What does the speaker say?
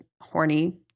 horny